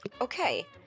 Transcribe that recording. Okay